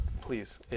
Please